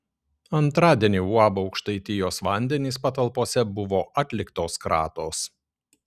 antradienį uab aukštaitijos vandenys patalpose buvo atliktos kratos